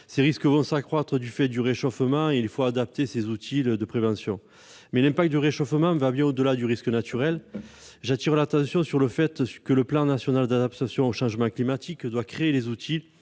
ces risques vont s'accroître du fait du réchauffement climatique et il faut adapter les outils de prévention. L'impact du réchauffement climatique va bien au-delà du risque naturel. J'appelle l'attention sur le fait que le plan national d'adaptation au changement climatique doit créer les outils